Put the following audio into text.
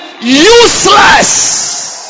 useless